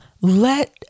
let